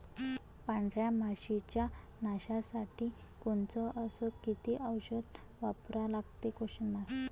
पांढऱ्या माशी च्या नाशा साठी कोनचं अस किती औषध वापरा लागते?